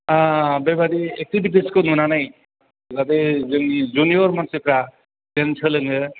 बेबायदि एकटिभिटिसखौ नुनानै जाहाथे जोंनि बे जुनियर मानसिफ्रा जेन सोलोङो